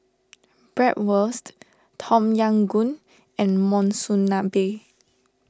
Bratwurst Tom Yam Goong and Monsunabe